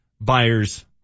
buyers